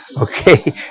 Okay